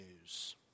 news